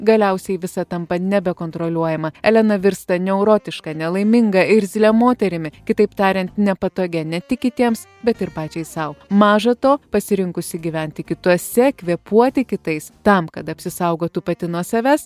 galiausiai visa tampa nebekontroliuojama elena virsta neurotiška nelaiminga irzlia moterimi kitaip tarian nepatogia ne tik kitiems bet ir pačiai sau maža to pasirinkusi gyventi kituose kvėpuoti kitais tam kad apsisaugotų pati nuo savęs